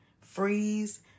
freeze